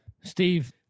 Steve